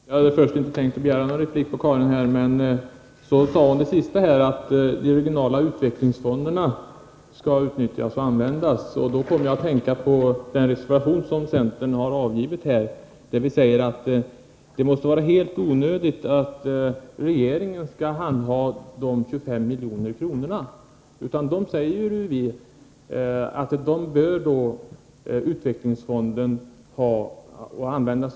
Herr talman! Jag hade först inte tänkt begära någon replik med anledning av Karin Flodströms anförande. Men hon sade i slutet av sitt inlägg att de regionala utvecklingsfonderna skall utnyttjas. Då kom jag att tänka på den reservation som centern har avgivit, där vi säger att det måste vara helt onödigt att regeringen handhar dessa 25 milj.kr. — dem bör utvecklingsfonden använda.